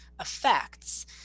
effects